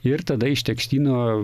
ir tada iš tekstyno